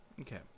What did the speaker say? okay